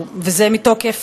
וזה מתוקף,